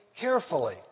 carefully